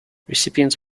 recipients